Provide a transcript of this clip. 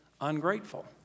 ungrateful